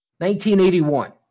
1981